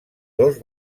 dos